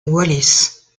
wallis